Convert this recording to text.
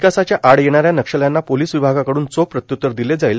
विकासाच्या आड येणाऱ्या नक्षल्यांना पोलिस विभागाकड्न चोख प्रत्युतर दिले जाईल